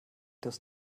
das